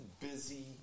busy